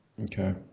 Okay